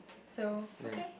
so okay